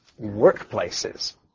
workplaces